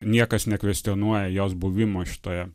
niekas nekvestionuoja jos buvimo šitoje